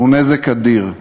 הוא נזק אדיר.